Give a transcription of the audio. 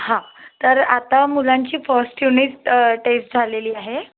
हां तर आता मुलांची फर्स्ट युनिट टेस्ट झालेली आहे